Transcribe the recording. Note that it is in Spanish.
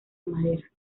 madera